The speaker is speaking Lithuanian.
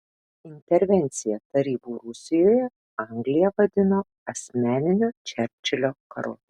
intervenciją tarybų rusijoje anglija vadino asmeniniu čerčilio karu